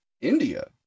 India